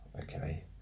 okay